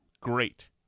Great